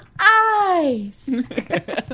eyes